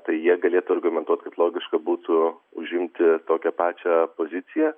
tai jie galėtų argumentuot kad logiška būtų užimti tokią pačią poziciją